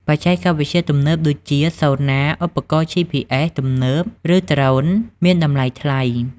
បច្ចេកវិទ្យាទំនើបដូចជា Sonar ឧបករណ៍ GPS ទំនើប ឬ Drones មានតម្លៃថ្លៃ។